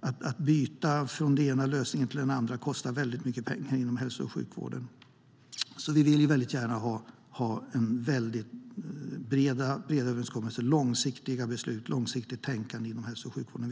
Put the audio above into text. Att byta från den ena lösningen till den andra kostar väldigt mycket pengar inom hälso och sjukvården. Vi vill väldigt gärna ha breda överenskommelser, långsiktiga beslut och långsiktigt tänkande inom hälso och sjukvården.